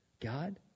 God